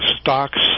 stocks